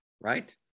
right